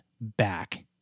back